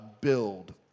build